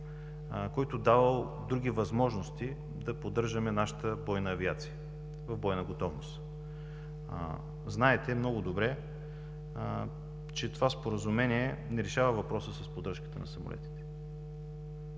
който давал други възможности да поддържаме нашата бойна авиация в бойна готовност. Знаете много добре, че това Споразумение не решава въпроса с поддръжката на самолетите,